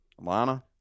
Alana